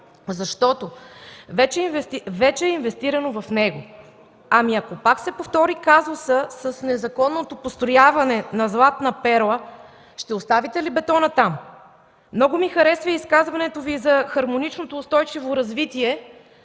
защото вече е инвестирано в него. Ами, ако пак се повтори казусът с незаконното построяване на „Златна перла”, ще оставите ли бетона там?! Много ми хареса и изказването Ви за хармоничното устойчиво развитие,